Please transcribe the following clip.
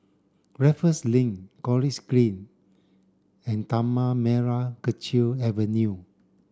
Raffles Link College Green and Tanah Merah Kechil Avenue